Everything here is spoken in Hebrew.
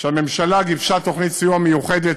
כשהממשלה גיבשה תוכנית סיוע מיוחדת,